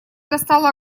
достала